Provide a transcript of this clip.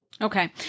Okay